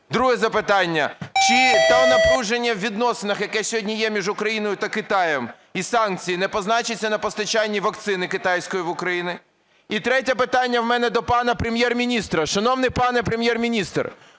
Друге запитання. Чи те напруження у відносинах, яке сьогодні є між Україною та Китаєм, і санкції не позначаться на постачанні вакцини китайської в Україну? І третє питання в мене до пана Прем’єр-міністра. Шановний пане Прем’єр-міністр,